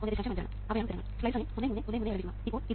ഇപ്പോൾ ഇത് നിയന്ത്രിത ഉറവിടങ്ങൾ ഉള്ള മറ്റൊരു നെറ്റ്വർക്കാണ്